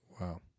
Wow